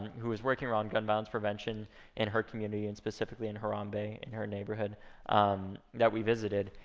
who was working around gun violence prevention in her community, and specifically in harambee, in her neighborhood that we visited.